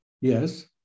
Yes